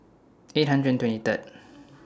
eight hundred and twenty Third